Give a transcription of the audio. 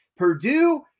Purdue